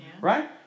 right